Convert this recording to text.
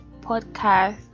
podcast